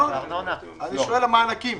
אני שואל על מענקים.